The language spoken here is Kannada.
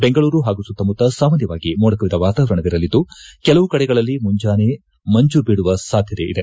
ಬೆಂಗಳೂರು ಹಾಗೂ ಸುತ್ತಮುತ್ತ ಸಾಮಾನ್ಯವಾಗಿ ಮೋಡ ಕವಿದ ವಾತಾವರಣವಿರಲಿದ್ದು ಕೆಲವು ಕಡೆಗಳಲ್ಲಿ ಮುಂಜಾನೆ ಮಂಜು ಬೀಳುವ ಸಾಧ್ಯತೆಯಿದೆ